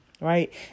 Right